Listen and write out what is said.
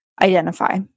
identify